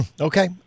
Okay